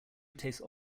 tastes